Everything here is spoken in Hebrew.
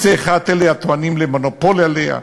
בקצה אחד אלה הטוענים למונופול עליה,